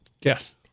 Yes